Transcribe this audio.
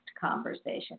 conversation